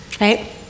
Right